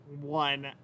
one